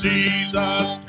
Jesus